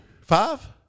five